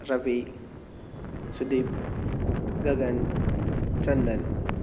Ravi Sudeep Gagan Chandan